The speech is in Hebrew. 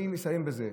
אני מסיים בזה,